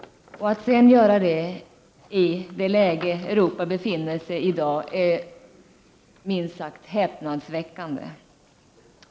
Att sedan göra det i det läge som Europa i dag befinner sig i är minst sagt häpnadsväckande.